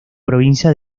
provincia